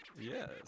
Yes